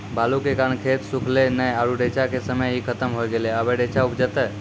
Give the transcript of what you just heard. बालू के कारण खेत सुखले नेय आरु रेचा के समय ही खत्म होय गेलै, अबे रेचा उपजते?